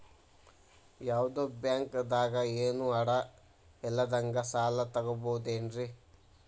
ಯಾವ್ದೋ ಬ್ಯಾಂಕ್ ದಾಗ ಏನು ಅಡ ಇಲ್ಲದಂಗ ಸಾಲ ತಗೋಬಹುದೇನ್ರಿ?